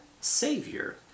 savior